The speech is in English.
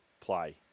play